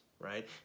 right